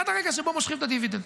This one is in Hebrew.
עד הרגע שבו מושכים את הדיווידנד.